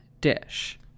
Dish